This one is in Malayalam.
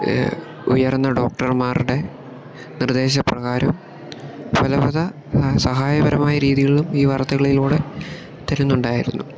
ഉയർന്ന ഡോക്ടർമാരുടെ നിർദ്ദേശ പ്രകാരം പലവിധ സഹായപരമായ രീതികളിലും ഈ വാർത്തകളിലൂടെ തരുന്നുണ്ടായിരുന്നു